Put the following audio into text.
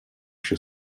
się